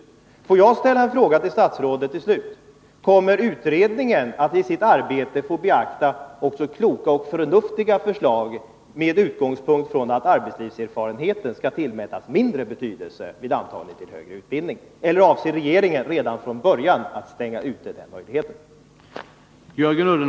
Får jag till slut ställa en fråga till statsrådet: Kommer utredningen att i sitt arbete få beakta också kloka och förnuftiga förslag med utgångspunkt i att arbetslivserfarenheten skall tillmätas mindre betydelse vid antagning till högre utbildning, eller avser regeringen redan från början att stänga ute den möjligheten?